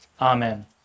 Amen